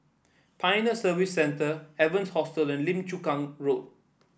Pioneer Service Centre Evans Hostel Lim Chu Kang Road